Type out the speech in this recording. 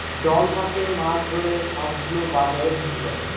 জল থাকে মাছ ধরে সব গুলো বাজারে বিক্রি করে